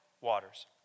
waters